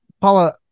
Paula